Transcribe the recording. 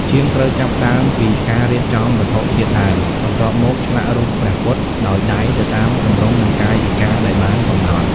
ជាងត្រូវចាប់ផ្ដើមពី ការរៀបចំវត្ថុធាតុដើម បន្ទាប់មកឆ្លាក់រូបព្រះពុទ្ធដោយដៃទៅតាមទម្រង់និងកាយវិការដែលបានកំណត់។